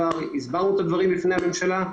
והסברנו את הדברים בפני הממשלה.